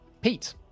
Pete